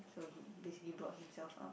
so he basically brought himself up